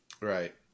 Right